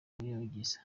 yogeza